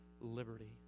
liberty